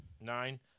Nine